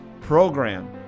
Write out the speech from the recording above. program